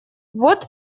вот